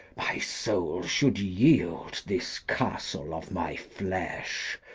my soul should yield this castle of my flesh,